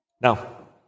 Now